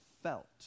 felt